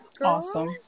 awesome